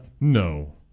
No